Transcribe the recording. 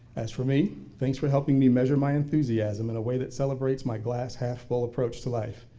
as for me, thanks for helping me measure my enthusiasm in a way that celebrates my glass half full approach to life.